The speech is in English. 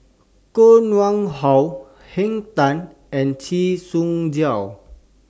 Koh Nguang How Henn Tan and Chee Soon